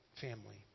Family